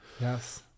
Yes